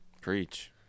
preach